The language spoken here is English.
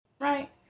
Right